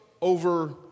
over